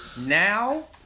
Now